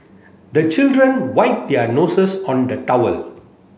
the children wipe their noses on the towel